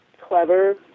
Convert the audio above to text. clever